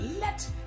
let